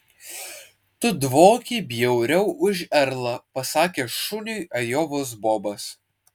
tu dvoki bjauriau už erlą pasakė šuniui ajovos bobas